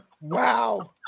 wow